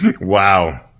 Wow